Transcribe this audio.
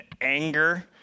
anger